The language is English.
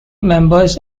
members